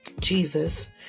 Jesus